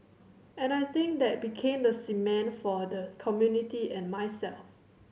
and I think that became the cement for the community and myself